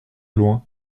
loin